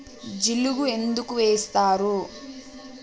జిలుగు ఎందుకు ఏస్తరు?